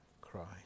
Christ